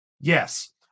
Yes